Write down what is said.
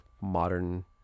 modern